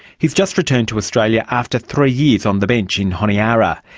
he has just returned to australia after three years on the bench in honiara.